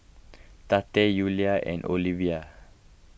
Tate Ula and Olevia